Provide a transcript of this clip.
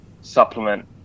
supplement